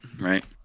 right